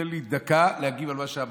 תן לי דקה להגיב על מה שאמרת,